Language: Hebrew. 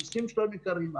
המיסים שלנו יקרים,